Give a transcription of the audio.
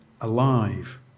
alive